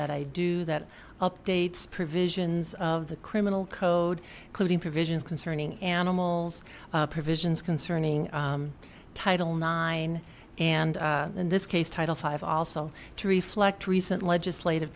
that i do that updates provisions of the criminal code clearing provisions concerning animals provisions concerning title nine and in this case title five also to reflect recent legislative